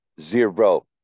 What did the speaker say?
zero